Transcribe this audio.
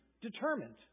determined